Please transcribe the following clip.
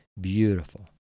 beautiful